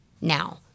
Now